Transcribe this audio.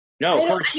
no